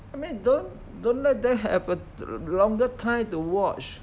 and then don't don't let them have a longer time to watch